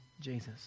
Jesus